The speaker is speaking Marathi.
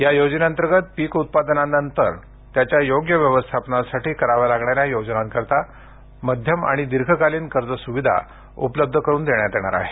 या योजने अंतर्गत पिक उत्पादनानंतर त्याच्या योग्य व्यवस्थापनासाठी कराव्या लागणाऱ्या योजनांसाठी माध्यम आणि दीर्घकालीन कर्ज सुविधा उपलब्ध करून देण्यात येणार आहे